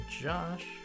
Josh